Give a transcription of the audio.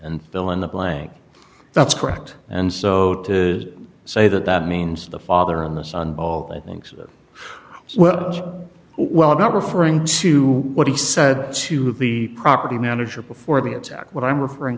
and fill in the blank that's correct and so to say that that means the father on this on all things well well about referring to what he said to the property manager before the attack what i'm referring